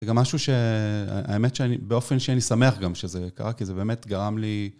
זה גם משהו שהאמת שבאופן שאני שמח גם שזה קרה כי זה באמת גרם לי